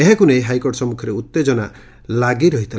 ଏହାକୁ ନେଇ ହାଇକୋର୍ଟ ସମ୍ମୁଖରେ ଉଉେଜନା ଲାଗିରହିଥିଲା